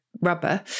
rubber